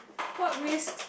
what risks